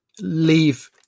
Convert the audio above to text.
leave